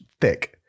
thick